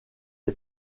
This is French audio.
est